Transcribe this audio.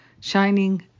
shining